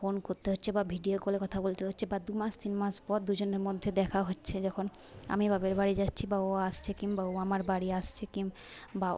phone করতে হচ্ছে বা ভিডিও কলে কথা বলতে হচ্ছে বা দুমাস তিন মাস পর দুজনের মধ্যে দেখা হচ্ছে যখন আমি বাপের বাড়ি যাচ্ছি বা ও আসছে কিংবা ও আমার বাড়ি আসছে কিংবা